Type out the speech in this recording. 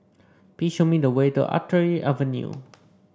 please show me the way to Artillery Avenue